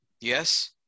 Yes